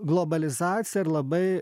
globalizacija ir labai